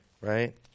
Right